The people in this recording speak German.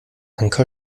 anker